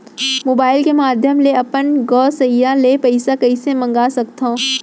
Mobile के माधयम ले अपन गोसैय्या ले पइसा कइसे मंगा सकथव?